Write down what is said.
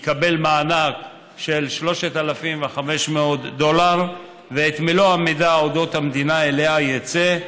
יקבל מענק של 3,500 דולר ואת מלוא המידע על אודות המדינה שאליה יצא,